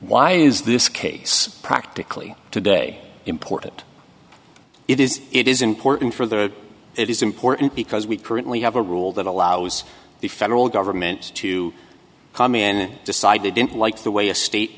why is this case practically today important it is it is important for the it is important because we currently have a rule that allows the federal government to come in and decide they didn't like the way a state